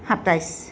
সাতাইছ